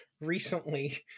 recently